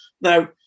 Now